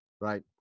Right